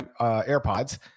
AirPods